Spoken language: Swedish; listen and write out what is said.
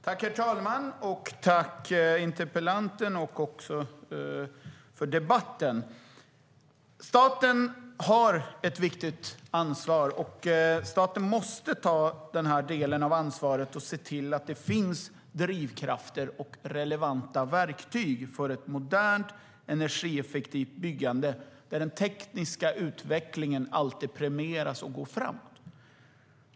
Herr talman! Jag tackar interpellanten, och tack för debatten! Staten har ett viktigt ansvar, och staten måste ta denna del av ansvaret och se till att det finns drivkrafter och relevanta verktyg för ett modernt, energieffektivt byggande där den tekniska utvecklingen alltid premieras och går fram.